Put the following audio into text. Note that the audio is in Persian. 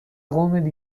قوم